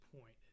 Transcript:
point